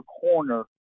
corner